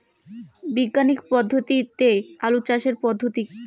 বিজ্ঞানিক পদ্ধতিতে আলু চাষের পদ্ধতি?